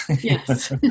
yes